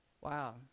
wow